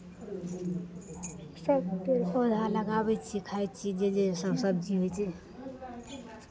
सभ पेड़ पौधा लगाबै छियै खाइ छियै जे जे सभ सबजी होइ छै